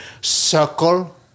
circle